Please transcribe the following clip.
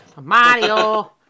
Mario